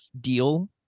deal